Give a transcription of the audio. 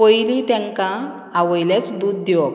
पयली तांकां आवयलेच दूद दिवप